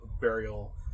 burial